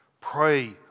Pray